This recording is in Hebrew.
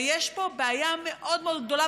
ויש פה בעיה מאוד מאוד גדולה,